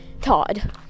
Todd